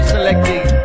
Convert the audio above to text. Selecting